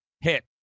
hit